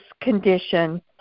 condition